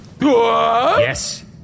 yes